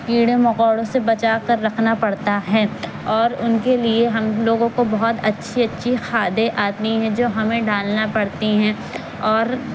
کیڑوں مکوڑوں سے بچا کر رکھنا پڑتا ہے اور ان کے لیے ہم لوگوں کو بہت اچھی اچھی کھادیں آتی ہیں جو ہمیں ڈالنا پڑتی ہیں اور